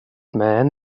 man